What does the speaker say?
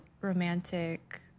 romantic